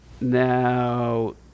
Now